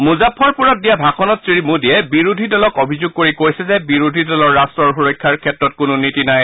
মুজাফ্ফৰপুৰত দিয়া ভাষণত শ্ৰী মোডীয়ে বিৰোধী দলক অভিযোগ কৰি কৈছে যে বিৰোধী দলৰ ৰাট্টৰ সুৰক্ষাৰ ক্ষেত্ৰত কোনো নীতি নাই